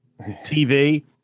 TV